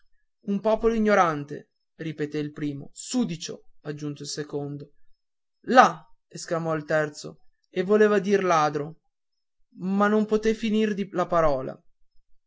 un popolo ignorante ripete il primo sudicio aggiunse il secondo la esclamò il terzo e voleva dir ladro ma non poté finir la parola